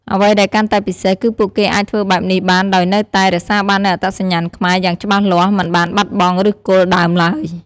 អ្វីដែលកាន់តែពិសេស គឺពួកគេអាចធ្វើបែបនេះបានដោយនៅតែ រក្សាបាននូវអត្តសញ្ញាណខ្មែរ យ៉ាងច្បាស់លាស់ មិនបានបាត់បង់ឫសគល់ដើមឡើយ។